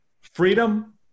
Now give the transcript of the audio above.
freedom